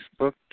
Facebook